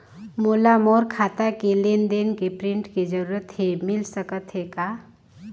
मोला मोर खाता के लेन देन के प्रिंट के जरूरत हे मिल सकत हे का?